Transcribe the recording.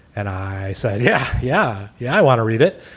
and i said, yeah, yeah, yeah, i want to read it.